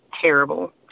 terrible